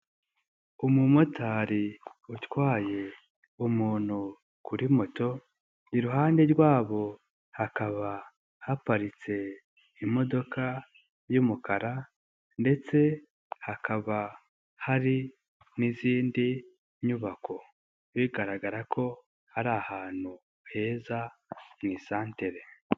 Umumotari utwaye umuntu kuri moto, iruhande rwabo hakaba haparitse imodoka y'umukara ndetse hakaba hari n'izindi nyubako, bigaragara ko hari ahantu heza mu isantere.